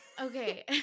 okay